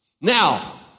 Now